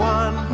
one